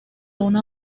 una